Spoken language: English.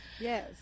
Yes